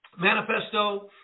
manifesto